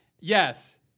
Yes